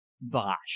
Bosh